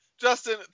Justin